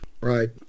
Right